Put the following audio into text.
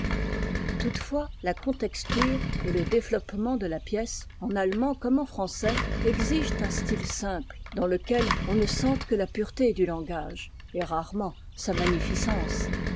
toutefois la contexture et le développement de la pièce en allemand comme en francais exigent un style simple dans lequel on ne sente que la pureté du langage et rarement sa magnificence